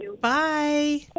Bye